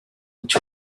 which